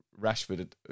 Rashford